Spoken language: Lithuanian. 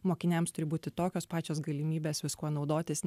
mokiniams turi būti tokios pačios galimybės viskuo naudotis